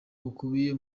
bukubiye